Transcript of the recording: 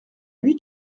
lui